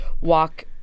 walk